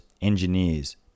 engineers